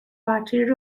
party